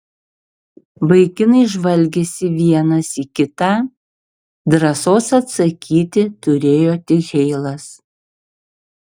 vaikinai žvalgėsi vienas į kitą drąsos atsakyti turėjo tik heilas